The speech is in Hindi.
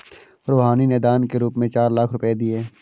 रूहानी ने दान के रूप में चार लाख रुपए दिए